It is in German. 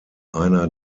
einer